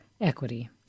equity